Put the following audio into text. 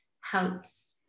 helps